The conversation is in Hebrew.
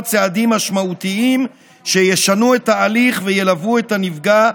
צעדים משמעותיים שישנו את ההליך וילוו את הנפגע,